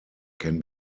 can